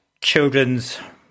children's